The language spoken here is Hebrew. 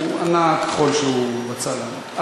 הוא ענה ככל שהוא רצה לענות.